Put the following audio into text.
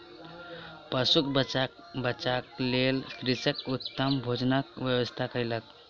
पशुक बच्चाक लेल कृषक उत्तम भोजनक व्यवस्था कयलक